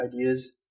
ideas